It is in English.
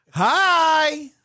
Hi